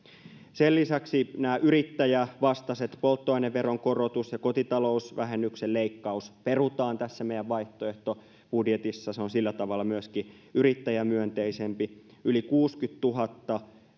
sen lisäksi nämä yrittäjävastaiset polttoaineveron korotus ja kotitalousvähennyksen leikkaus perutaan tässä meidän vaihtoehtobudjetissa se on sillä tavalla myöskin yrittäjämyönteisempi yli kuusikymmentätuhatta